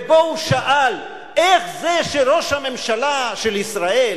ובו הוא שאל איך זה שראש הממשלה של ישראל,